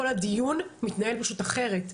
כל הדיון מתנהל פשוט אחרת.